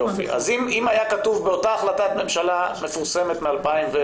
אז אם היה כתוב באותה החלטת ממשלה מפורסמת מ- 2002